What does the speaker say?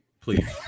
please